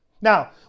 Now